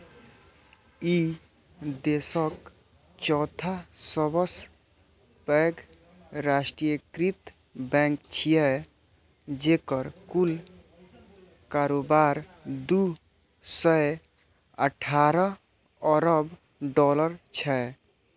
ई देशक चौथा सबसं पैघ राष्ट्रीयकृत बैंक छियै, जेकर कुल कारोबार दू सय अठारह अरब डॉलर छै